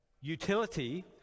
utility